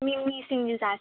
ꯃꯤꯃꯤ ꯁꯤꯡꯖꯨ ꯆꯥꯁꯦ